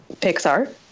Pixar